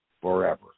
forever